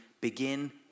begin